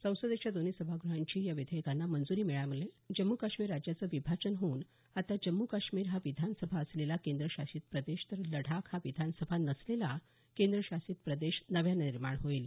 संसदेच्या दोन्ही सभाग्रहांची या विधेयकांना मंजुरी मिळाल्यामुळे जम्मू काश्मीर राज्याचं विभाजन होऊन आता जम्मू काश्मीर हा विधानसभा असलेला केंद्रशासित प्रदेश तर लडाख हा विधानसभा नसलेला केंद्रशासित प्रदेश नव्यान निर्माण होईल